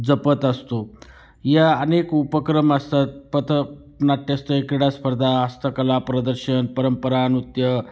जपत असतो या अनेक उपक्रम असतात पथ नाट्यस्तरीय क्रीडा स्पर्धा हस्तकला प्रदर्शन परंपरा नृत्य